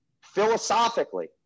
Philosophically